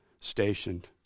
stationed